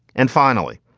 and finally,